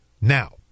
now